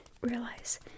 realize